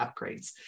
upgrades